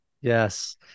Yes